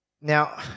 Now